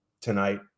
Tonight